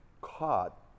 caught